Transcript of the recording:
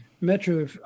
Metro